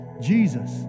Jesus